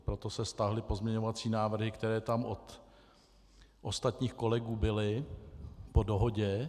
Proto se stáhly pozměňovací návrhy, které tam od ostatních kolegů byly, po dohodě.